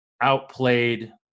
outplayed